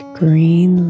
green